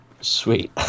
Sweet